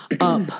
up